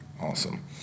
Awesome